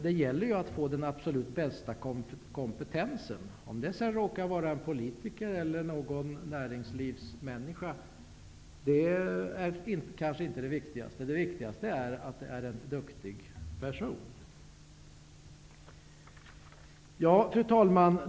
Det gäller ju att få den absolut mest kompetenta personen. Om det sedan råkar vara en politiker eller en näringslivsmänniska är kanske inte så viktigt. Det viktigaste är att det är en duktig person. Fru talman!